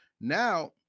now